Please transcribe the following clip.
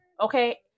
okay